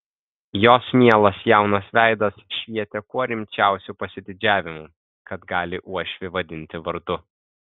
jos mielas jaunas veidas švietė kuo rimčiausiu pasididžiavimu kad gali uošvį vadinti vardu